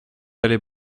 allez